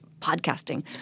podcasting